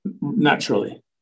naturally